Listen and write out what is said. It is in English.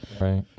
Right